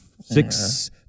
six